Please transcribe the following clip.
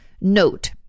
Note